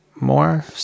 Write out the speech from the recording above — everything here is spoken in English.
More